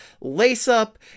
lace-up